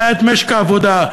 זה את משק העבודה.